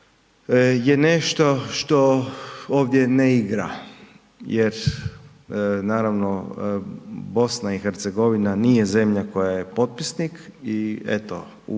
je nešto što ovdje ne igra jer naravno BiH-a nije zemlja koja je potpisnik i eto